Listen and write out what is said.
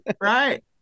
right